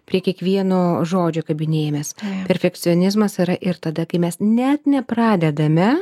prie kiekvieno žodžio kabinėjamės perfekcionizmas yra ir tada kai mes net nepradedame